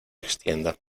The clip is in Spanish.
extienda